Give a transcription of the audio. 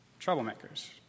Troublemakers